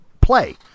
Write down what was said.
play